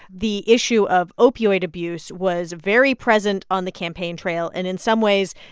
the issue of opioid abuse was very present on the campaign trail, and in some ways,